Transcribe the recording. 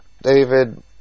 David